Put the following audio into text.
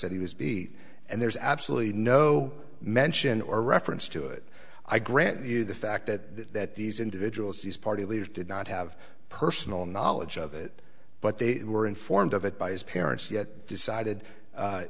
that he was beat and there's absolutely no mention or reference to it i grant you the fact that these individuals these party leaders did not have personal knowledge of it but they were informed of it by his parents yet decided